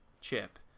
chip